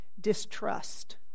distrust